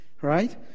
Right